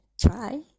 try